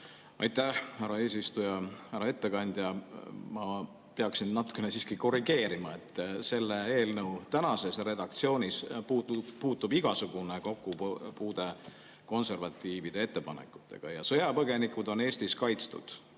Aitäh, härra eesistuja! Härra ettekandja! Ma peaksin natukene siiski korrigeerima, et selle eelnõu tänases redaktsioonis puudub igasugune kokkupuude konservatiivide ettepanekutega. Ja sõjapõgenikud on Eestis kaitstud